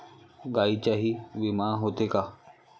गायींचाही विमा होते का?